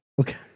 Okay